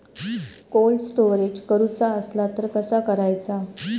Cold storage करूचा असला तर कसा करायचा?